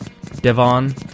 devon